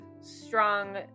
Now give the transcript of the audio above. strong